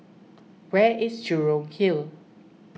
where is Jurong Hill